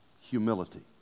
humility